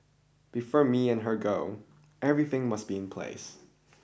before me and her go everything must be in place